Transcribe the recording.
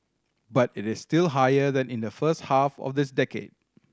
but it is still higher than in the first half of this decade